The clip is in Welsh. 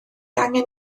angen